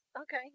Okay